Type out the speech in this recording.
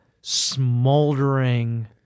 smoldering